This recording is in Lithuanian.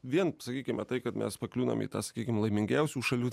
vien sakykime tai kad mes pakliūnam į tą sakykim laimingiausių šalių